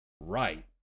Right